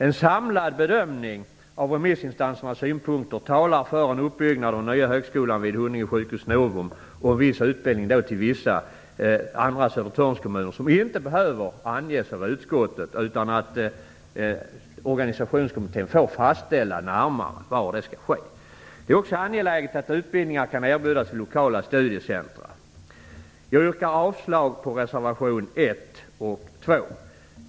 En samlad bedömning av remissinstansernas synpunkter talar för en uppbyggnad av den nya högskolan vid Huddinge sjukhus/Novum och att viss utbildning förläggs till vissa andra Södertörnskommuner som inte behöver anges av utskottet. Organisationskommittén får fastställa närmare var det skall ske. Det är också angeläget att utbildningar kan erbjudas i lokala studiecentra. Jag yrkar avslag på reservation 1 och 2.